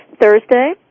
Thursday